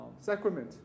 Sacrament